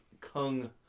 Kung